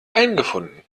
eingefunden